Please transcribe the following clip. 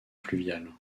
fluviale